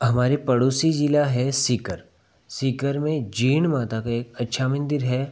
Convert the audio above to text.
हमारे पड़ोसी जिला है सीकर सीकर में जीण माता का एक अच्छा मन्दिर है